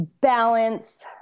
balance